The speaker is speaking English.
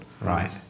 Right